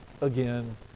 again